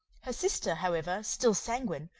her sister, however, still sanguine,